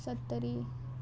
Sattari